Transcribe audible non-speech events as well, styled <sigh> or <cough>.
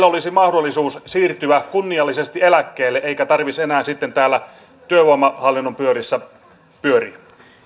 <unintelligible> olisi mahdollisuus siirtyä kunniallisesti eläkkeelle eikä tarvitsisi enää työvoimahallinnon pyörissä pyöriä